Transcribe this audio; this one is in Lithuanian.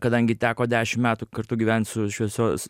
kadangi teko dešim metų kartu gyvent su šviesios